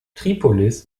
tripolis